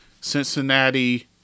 Cincinnati